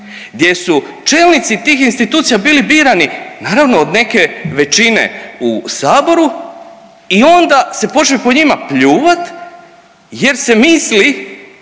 gdje su čelnici tih institucija bili birani naravno od neke većine u saboru i onda se počne po njima pljuvat jer se misli